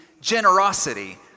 generosity